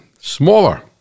smaller